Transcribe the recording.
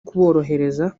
kuborohereza